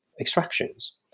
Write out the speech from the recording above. extractions